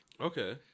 okay